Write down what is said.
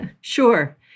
Sure